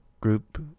group